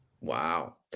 Wow